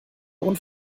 und